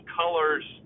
colors